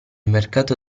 mercato